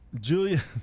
Julia